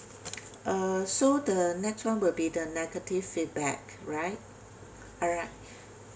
uh so the next one will be the negative feedback right alright